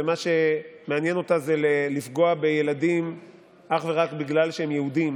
ומה שמעניין אותה זה לפגוע בילדים אך ורק בגלל שהם יהודים